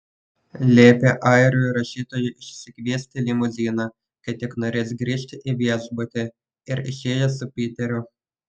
liepė airių rašytojui išsikviesti limuziną kai tik norės grįžti į viešbutį ir išėjo su piteriu